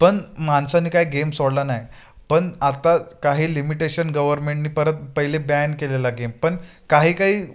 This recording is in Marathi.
पण माणसानी काय गेम सोडला नाही पण आता काही लिमिटेशन गव्हर्मेंटनी परत पहिले ब्यान केलेला गेम पण काही काही